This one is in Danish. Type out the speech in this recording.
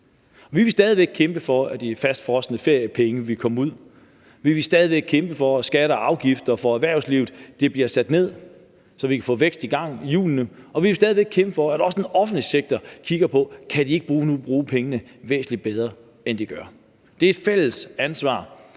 vi vil stadig væk kæmpe for, at de fastfrosne feriepenge vil komme ud; vi vil stadig væk kæmpe for, at skatter og afgifter for erhvervslivet bliver sat ned, så vi kan få vækst og gang i hjulene; og vi vil stadig væk kæmpe for, at også den offentlige sektor kigger på, om ikke de kan bruge pengene væsentlig bedre, end de gør. Det er et fælles ansvar,